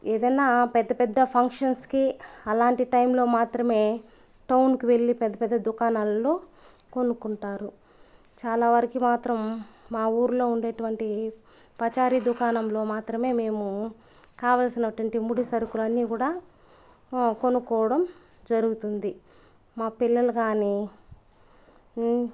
ఏదన్నా పెద్ద పెద్ద ఫంక్షన్స్కి అలాంటి టైంలో మాత్రమే టౌన్కి వెళ్ళి పెద్ద పెద్ద దుకాణాలలో కొనుక్కుంటారు చాలా వరికి మాత్రం మా ఊర్లో ఉండేటువంటి పచారీ దుకాణంలో మాత్రమే మేము కావాల్సినటువంటి ముడి సరుకులన్నీ కూడా కొనుక్కోవడం జరుగుతుంది మా పిల్లలు గానీ